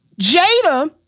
Jada